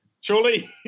Surely